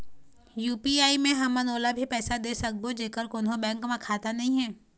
UPI मे हमन ओला भी पैसा दे सकबो जेकर कोन्हो बैंक म खाता नई हे?